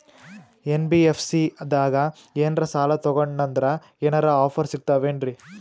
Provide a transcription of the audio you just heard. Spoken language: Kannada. ಎನ್.ಬಿ.ಎಫ್.ಸಿ ದಾಗ ಏನ್ರ ಸಾಲ ತೊಗೊಂಡ್ನಂದರ ಏನರ ಆಫರ್ ಸಿಗ್ತಾವೇನ್ರಿ?